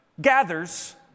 gathers